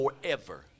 forever